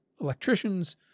electricians